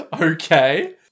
Okay